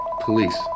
police